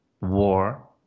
war